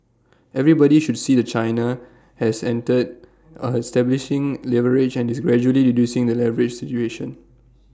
everybody should see that China has entered A stabilising leverage and is gradually reducing the leverage situation